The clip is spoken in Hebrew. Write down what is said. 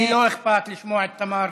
לי לא אכפת לשמוע את תמר